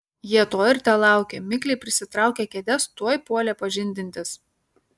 jie to ir telaukė mikliai prisitraukę kėdes tuoj puolė pažindintis